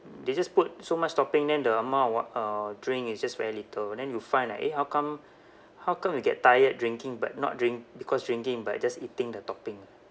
they just put so much topping then the amount of wa~ uh drink is just very little then you find like eh how come how come you get tired drinking but not drink because drinking but just eating the topping ah